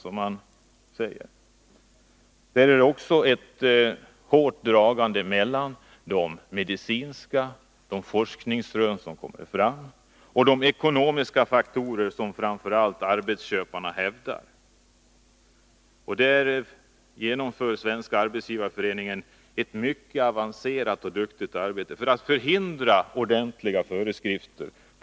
Också där är det en hård dragkamp när det gäller de medicinska forskningsrön som kommer fram och de ekonomiska faktorer som framför allt arbetsköparna hävdar. På detta område utför SAF ett mycket avancerat och duktigt arbete för att förhindra ordentliga föreskrifter.